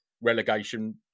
relegation